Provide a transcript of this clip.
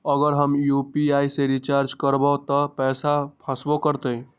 अगर हम यू.पी.आई से रिचार्ज करबै त पैसा फसबो करतई?